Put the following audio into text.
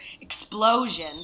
explosion